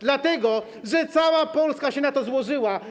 Dlatego że cała Polska się na to złożyła.